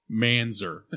Manzer